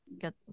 get